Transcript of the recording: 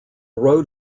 road